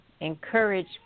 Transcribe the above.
encourage